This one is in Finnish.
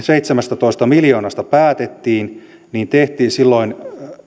seitsemästätoista miljoonasta päätettiin tehtiin